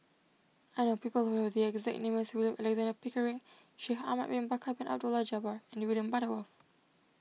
I know people who have the exact name as William Alexander Pickering Shaikh Ahmad Bin Bakar Bin Abdullah Jabbar and William Butterworth